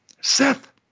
Seth